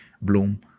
Bloom